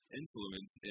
influence